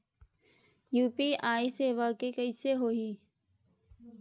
UPI सेवा के कइसे होही?